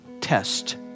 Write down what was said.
test